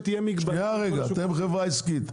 אתם חברה עסקית.